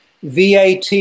VAT